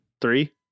Three